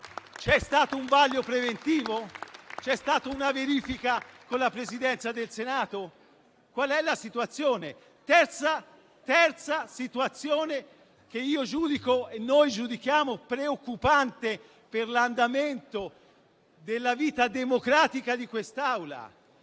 c'è stato un vaglio preventivo, se c'è stata una verifica con la Presidenza del Senato. Qual è la situazione? La terza situazione che giudichiamo preoccupante per l'andamento della vita democratica dell'Assemblea